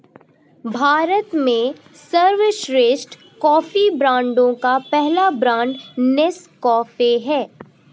भारत में सर्वश्रेष्ठ कॉफी ब्रांडों का पहला ब्रांड नेस्काफे है